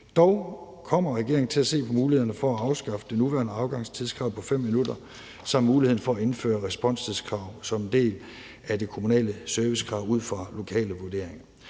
Dog kommer regeringen til at se på mulighederne for at afskaffe det nuværende afgangstidskrav på 5 minutter samt muligheden for at indføre responstidskrav som en del af de kommunale servicekrav ud fra lokale vurderinger.